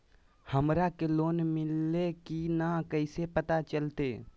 हमरा के लोन मिल्ले की न कैसे पता चलते?